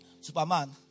Superman